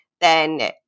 then-